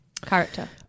character